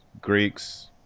Greeks